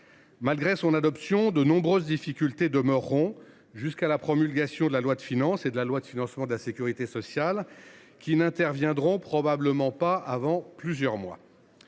Malgré son adoption, de nombreuses difficultés demeureront jusqu’à la promulgation de la loi de finances et de la loi de financement de la sécurité sociale, qui n’interviendront probablement pas avant plusieurs mois.